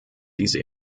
diese